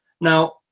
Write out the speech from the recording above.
Now